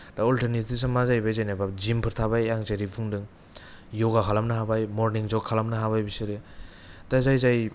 दा अल्तारनेतिभ्सा मा जाहैबाय जेनबा जिमफोर थाबाय आं जेरै बुंदों य'गा खालामनो हाबाय मर्निं जग खालामनो हाबाय बिसोरो दा जाय जाय